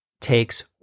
takes